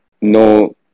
no